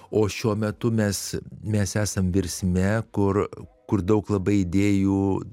o šiuo metu mes mes esam virsme kur kur daug labai idėjų